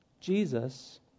Jesus